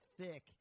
thick